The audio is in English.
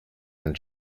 and